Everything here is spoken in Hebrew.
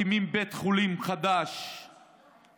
אנחנו מקימים בית חולים חדש בצפון,